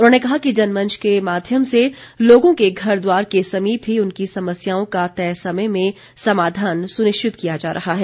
उन्होंने कहा कि जनमंच के माध्यम से लोगों के घरद्वार के समीप ही उनकी समस्याओं का तय समय में समाधान सुनिश्चित किया जा रहा है